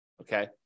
okay